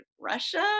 Russia